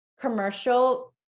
commercial